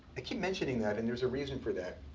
i keep mentioning that, and there's a reason for that.